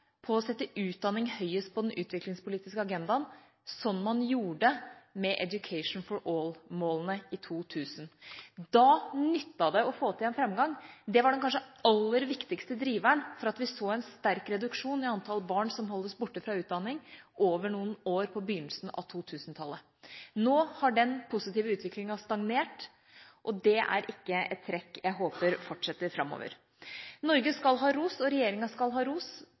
å sette utdanning høyest på den utviklingspolitiske agendaen, som man gjorde med «Education for All»-målene i 2000. Da nyttet det å få til en framgang. Det var den kanskje aller viktigste driveren for at vi over noen år på begynnelsen av 2000-tallet så en sterk reduksjon i antall barn som holdes borte fra utdanning. Nå har den positive utviklinga stagnert, og det er et trekk jeg håper ikke fortsetter framover. Norge, og regjeringa, skal ha ros